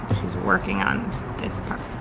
working on this part.